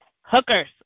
hookers